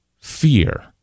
fear